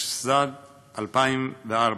התשס"ד 2004,